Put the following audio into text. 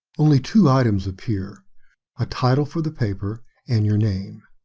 only two items appear a title for the paper and your name.